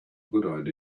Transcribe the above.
good